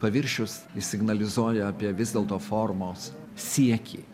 paviršius jis signalizuoja apie vis dėlto formos siekį